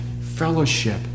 fellowship